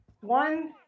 One